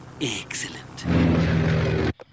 Excellent